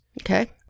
okay